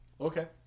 Okay